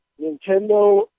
Nintendo